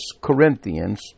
Corinthians